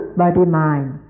body-mind